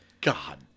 God